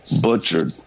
butchered